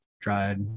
Dried